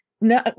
no